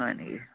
হয় নেকি